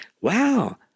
wow